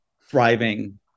thriving